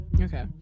okay